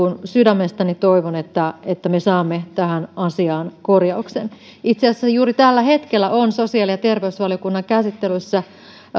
sydämestäni toivon että että me saamme tähän asiaan korjauksen itse asiassa juuri tällä hetkellä on sosiaali ja terveysvaliokunnan käsittelyssä